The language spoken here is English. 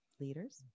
leaders